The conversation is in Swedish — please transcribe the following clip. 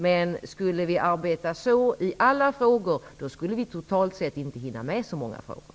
Men skulle vi arbeta så i alla frågor, skulle vi totalt sett inte hinna med så många ärenden.